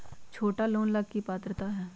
छोटा लोन ला की पात्रता है?